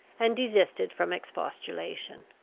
and desisted from expostulation.